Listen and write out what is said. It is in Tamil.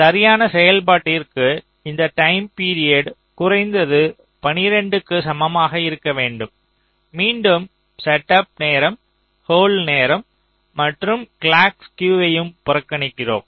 சரியான செயல்பாட்டிற்கு இந்த டைம் பிரியடு குறைந்தது 12 க்கு சமமாக இருக்க வேண்டும் மீண்டும் செட்டப் நேரம் ஹோல்டு நேரம் மற்றும் கிளாக் ஸ்குயுவையும் புறக்கணிக்கிறோம்